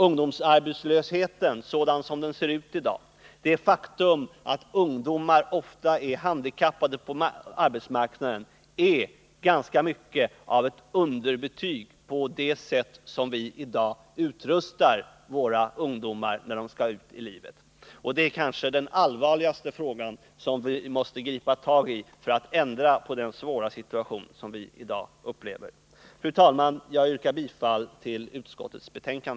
Ungdomsarbetslösheten sådan den ser ut i dag och det faktum att ungdomar ofta är handikappade på arbetsmarknaden är ganska mycket av ett underbetyg på det sätt på vilket vii dag utrustar våra ungdomar, när de skall ut i livet. Det kanske är den allvarligaste frågan, och den måste vi gripa tag i för att ändra på den svåra situation som vi i dag upplever. Fru talman! Jag yrkar bifall till utskottets hemställan.